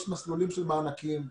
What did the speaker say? יש מסלולים של מענקים.